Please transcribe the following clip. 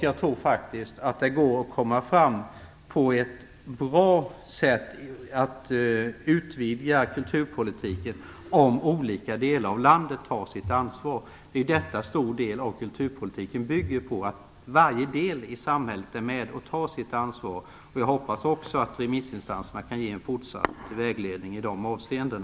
Jag tror att det går att utvidga kulturpolitiken på ett bra sätt om olika delar av landet tar sitt ansvar. Kulturpolitiken bygger ju till stor del på att varje del i samhället är med och tar sitt ansvar. Jag hoppas också att remissinstanserna kan ge en fortsatt vägledning i dessa avseenden.